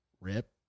rip